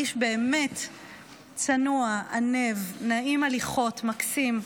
איש באמת צנוע, עניו, נעים הליכות, מקסים.